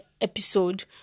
episode